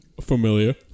Familiar